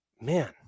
man